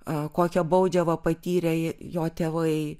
a kokią baudžiavą patyrė jo tėvai